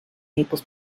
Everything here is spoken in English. naples